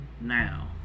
Now